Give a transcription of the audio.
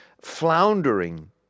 floundering